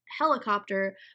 helicopter